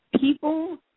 People